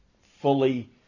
fully